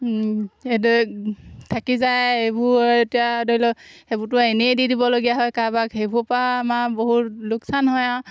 সেইদৰে থাকি যায় এইবোৰ এতিয়া ধৰি লওক সেইবোৰটো আৰু এনেই দি দিবলগীয়া হয় কাৰোবাক সেইবোৰপৰা আমাৰ বহুত লোকচান হয় আৰু